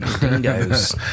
Dingoes